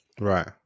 Right